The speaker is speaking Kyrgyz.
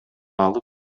алып